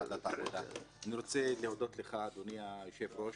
אני רוצה להודות לך, אדוני היושב-ראש,